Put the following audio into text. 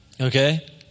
Okay